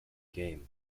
game